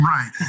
Right